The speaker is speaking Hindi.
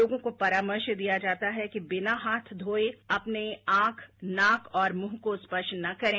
लोगों को परामर्श दिया जाता है कि बिना हाथ धोये अपने आंख नाक और मुंह को स्पर्श न करें